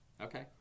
okay